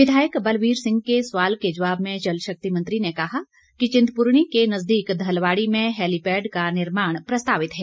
विधायक बलबीर सिंह के सवाल के जवाब में जल शक्ति मंत्री ने कहा कि चिंतपुरनी के नजदीक धलवाड़ी में हैलीपैड का निर्माण प्रस्तावित है